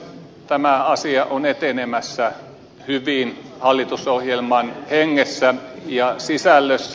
tämä asia on etenemässä hyvin hallitusohjelman hengessä ja sisällössä